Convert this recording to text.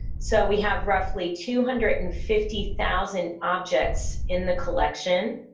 so we have roughly two hundred and fifty thousand objects in the collection,